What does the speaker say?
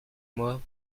moi